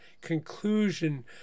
conclusion